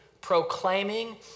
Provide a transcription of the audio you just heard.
proclaiming